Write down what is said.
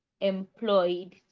employed